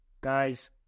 guys